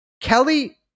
Kelly